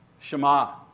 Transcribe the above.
Shema